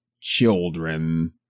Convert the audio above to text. children